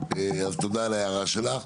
אז תודה על ההערה שלך.